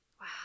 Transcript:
Wow